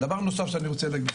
דבר נוסף שאני רוצה להגיד,